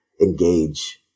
engage